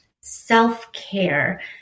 self-care